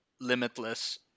limitless